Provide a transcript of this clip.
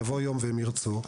יבוא יום והם ירצו.